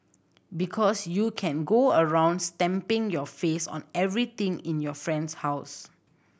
because you can go around's stamping your face on everything in your friend's house